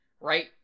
right